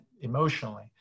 emotionally